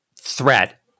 threat